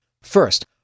First